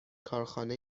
کارخانه